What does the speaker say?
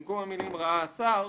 במקום המילים "ראה השר"